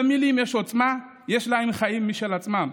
למילים יש עוצמה, יש להן חיים משל עצמן.